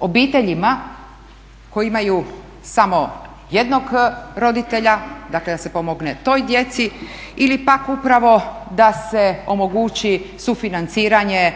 obiteljima koje imaju samo jednog roditelja, dakle da se pomogne toj djeci ili pak upravo da se omogući sufinanciranje